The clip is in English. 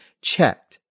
checked